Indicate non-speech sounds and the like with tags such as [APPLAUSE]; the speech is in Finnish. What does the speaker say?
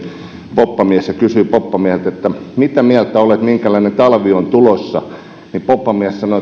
poppamies ja kysyi poppamieheltä mitä mieltä olet minkälainen talvi on tulossa ja poppamies sanoi [UNINTELLIGIBLE]